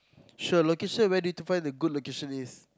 sure okay sure where do you find the good location is